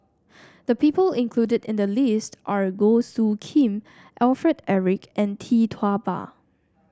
the people included in the list are Goh Soo Khim Alfred Eric and Tee Tua Ba